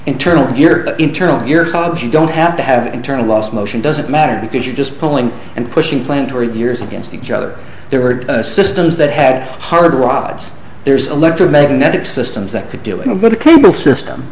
internal gear cause you don't have to have internal laws motion doesn't matter because you're just pulling and pushing plant or yours against each other there are systems that had hard rod there's electromagnetic systems that could do in a good cable system